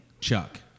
Chuck